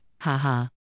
haha